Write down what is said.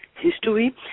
history